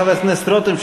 חבר הכנסת רותם,